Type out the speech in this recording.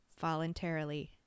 voluntarily